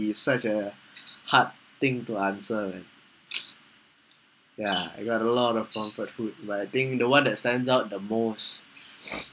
it's such a hard thing to answer man ya I got a lot of comfort food but I think the one that stands out the most